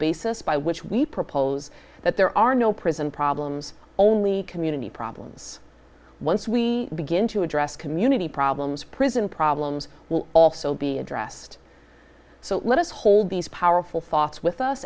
basis by which we propose that there are no prison problems only community problems once we begin to address community problems prison problems will also be addressed so let us hold these powerful thoughts with us